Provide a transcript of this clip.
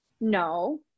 no